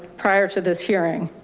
prior to this hearing,